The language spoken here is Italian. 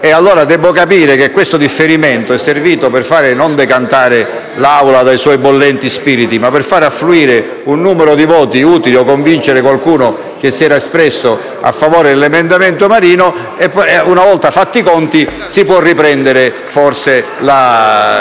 Debbo quindi capire che questo differimento è servito, non per far decantare l'Assemblea dai suoi bollenti spiriti, ma per far affluire un numero di voti utili o per convincere qualcuno che si era espresso a favore dell'emendamento 6.200, per cui, una volta fatti i conti, si può riprendere la